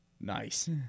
Nice